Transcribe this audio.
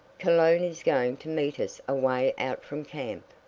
cologne is going to meet us away out from camp.